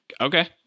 okay